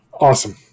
Awesome